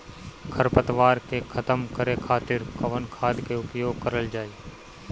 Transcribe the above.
खर पतवार के खतम करे खातिर कवन खाद के उपयोग करल जाई?